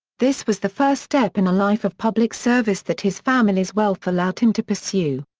this was the first step in a life of public service that his family's wealth allowed him to pursue.